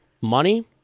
Money